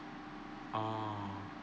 oh